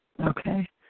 Okay